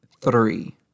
three